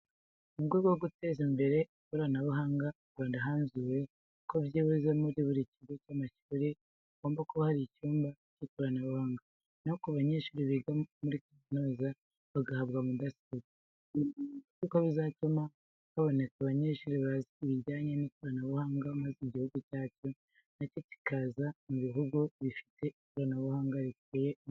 Mu rwego rwo guteza imbere ikoranabuhanga mu Rwanda hanzuwe ko byibuze muri buri kigo cy'amashuri hagomba buka hari icyumba k'ikoranabuhanga. Na ho ku banyeshuri biga muri kaminuza bo bagahabwa mudasobwa. Ibi ni ingenzi kuko bizatuma haboneka abanyeshuri bazi ibijyanye n'ikoranabuhanga maze igihugu cyacu na cyo kikaza mu buhugu bifite ikoranabuhanga riteye imbere.